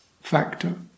factor